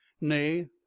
Nay